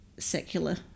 secular